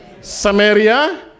samaria